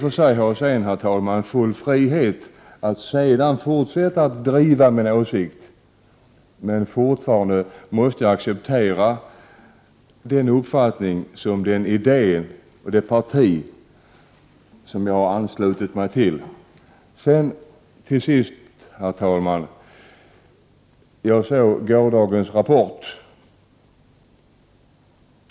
Jag har i och för sig full frihet att fortsätta att driva min åsikt, men jag måste fortfarande acceptera den uppfattning som det parti som jag har anslutit mig till företräder. Jag såg gårdagens Rapport.